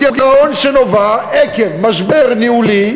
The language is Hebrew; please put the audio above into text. הוא גירעון שנבע ממשבר ניהולי,